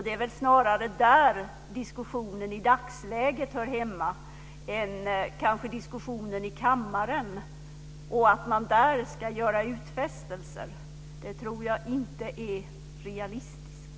Det är väl snarare där diskussionen i dagsläget hör hemma än kanske diskussionen i kammaren och att göra utfästelser i kammaren. Det tror jag inte är realistiskt.